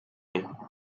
you